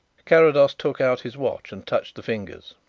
carrados took out his watch and touched the fingers.